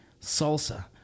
salsa